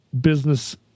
business